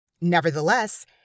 Nevertheless